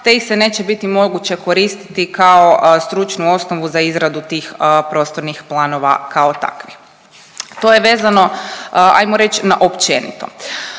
te ih se neće biti moći koristiti kao stručnu osnovu za izradu tih prostornih planova kao takvih. To je vezano ajmo reći na općenito.